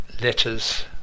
letters